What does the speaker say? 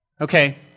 Okay